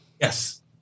yes